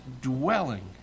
dwelling